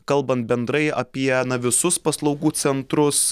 kalbant bendrai apie na visus paslaugų centrus